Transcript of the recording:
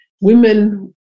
Women